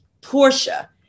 Portia